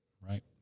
right